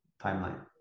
timeline